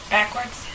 Backwards